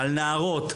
על נערות,